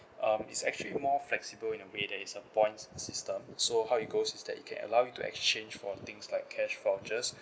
um it's actually more flexible in a way there is a points system so how it goes is that it can allow you to exchange for things like cash vouchers